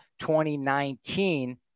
2019